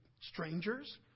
strangers